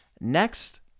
Next